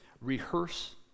rehearse